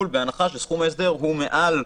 כי 2,500 זה שכר מאוד נמוך.